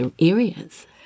areas